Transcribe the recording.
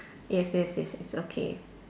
yes yes it's it's okay